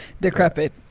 Decrepit